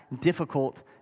difficult